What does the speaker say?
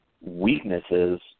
weaknesses